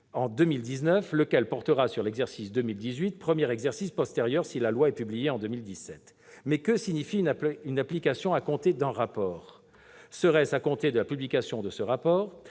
en 2019, lequel portera sur l'exercice 2018, premier exercice postérieur si la loi est publiée en 2017. Mais que signifie une application « à compter d'un rapport »? Serait-ce à compter de la publication de ce rapport ?